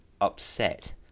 upset